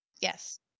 Yes